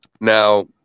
Now